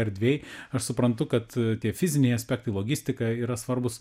erdvėj aš suprantu kad tie fiziniai aspektai logistika yra svarbūs